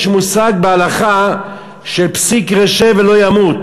יש מושג בהלכה של "פסיק רישיה ולא ימות".